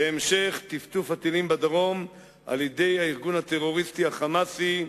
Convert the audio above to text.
והמשך טפטוף הטילים בדרום על-ידי הארגון הטרוריסטי ה"חמאסי",